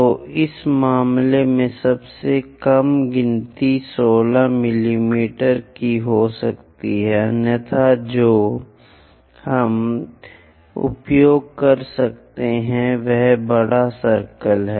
तो इस मामले में सबसे कम गिनती 16 मिमी की हो सकती है अन्यथा जो हम उपयोग कर सकते हैं वह बड़ा सर्कल है